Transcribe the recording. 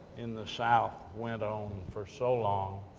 in the south, went on for so long,